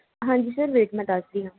ਹਾਂਜੀ sir wait ਮੈ ਦੱਸਦੀ ਹਾਂ